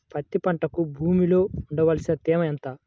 పత్తి పంటకు భూమిలో ఉండవలసిన తేమ ఎంత?